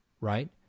right